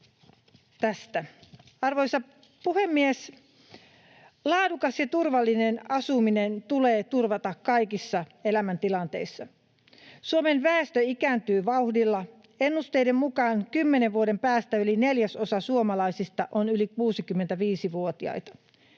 Arvoisa puhemies! Laadukas ja turvallinen asuminen tulee turvata kaikissa elämäntilanteissa. Suomen väestö ikääntyy vauhdilla. Ennusteiden mukaan kymmenen vuoden päästä yli neljäsosa suomalaisista on yli 65-vuotiaita.